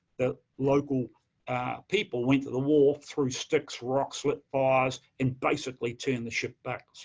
the local people went to the wharf, threw sticks, rocks, lit fires, and basically turned the ship back